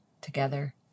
together